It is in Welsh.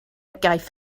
gaeth